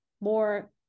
more